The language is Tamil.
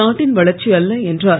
நாட்டின் வளர்ச்சி அல்ல என்றர்